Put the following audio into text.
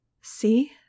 See